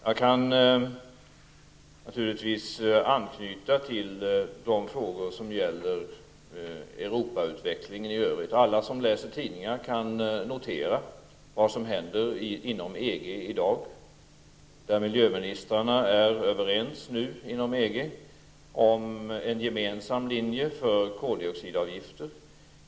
Jag kan naturligtvis anknyta till de frågor som berör Europautvecklingen i övrigt. Alla som läser tidningar kan notera vad som i dag händer inom EG. Miljöministrarna är nu överens om en gemensam linje för koldioxidavgifter.